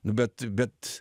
nu bet bet